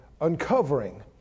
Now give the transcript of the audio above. uncovering